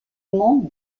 monde